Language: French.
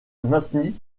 masny